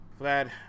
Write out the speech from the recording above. Vlad